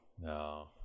no